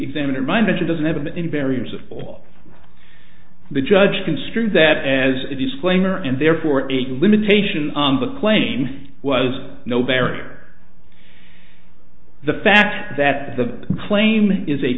examiner mind that it doesn't have any barriers of all the judge construe that as a disclaimer and therefore a limitation on the claim was no barrier the fact that the claim is a